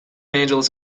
angeles